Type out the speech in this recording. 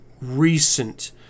recent